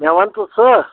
مےٚ وَن تہٕ ژٕ